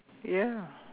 ya